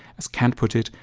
as kant put it,